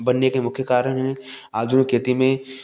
बनने के मुख्य कारण हैं आधुनिक खेती में